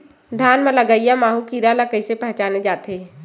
धान म लगईया माहु कीरा ल कइसे पहचाने जाथे?